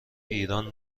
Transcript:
ایران